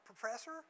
professor